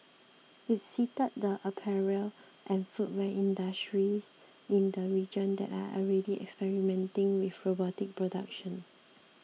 it cited the apparel and footwear industries in the region that are already experimenting with robotic production